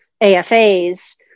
AFA's